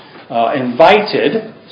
invited